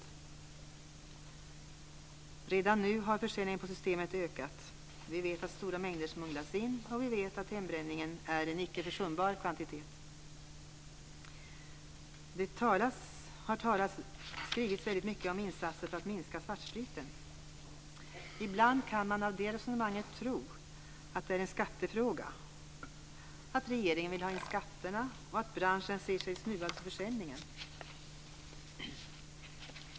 Redan nu har försäljningen på Systemet ökat. Vi vet att stora mängder smugglas in, och vi vet att hembränningen utgör en icke försumbar kvantitet. Det har skrivits väldigt mycket om insatser för att minska mängden svartsprit. Ibland kan man av det resonemanget tro att det är en skattefråga, att regeringen vill ha in skatterna och att branschen ser sig snuvad på försäljningen.